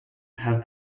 have